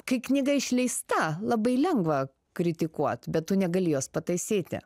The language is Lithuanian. kai knyga išleista labai lengva kritikuot bet tu negali jos pataisyti